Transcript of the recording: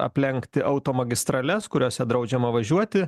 aplenkti automagistrales kuriose draudžiama važiuoti